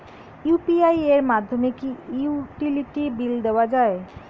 UPI এর মাধ্যমে কি ইউটিলিটি বিল দেওয়া যায়?